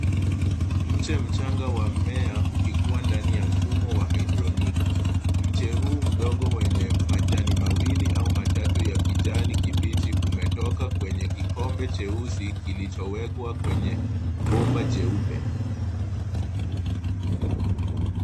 Mche mchanga wa mmea ukikua ndani ya mfumo wa haidroponiki .Mche huu mdogo wenye majani mawili au matatu ya kijani kibichi umetoka kwenye kikombe cheusi kilichowekwa kwenye bomba jeupe.